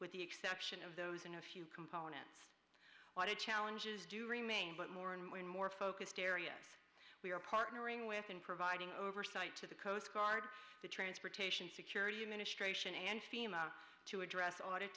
with the exception of those in a few components what it challenges do remain but more and more and more focused area we are partnering with and providing oversight to the coast guard the transportation security administration and fema to address audit